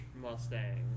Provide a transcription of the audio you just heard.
Mustang